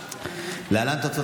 להעביר את הצעת